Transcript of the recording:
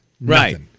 Right